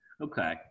Okay